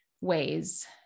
ways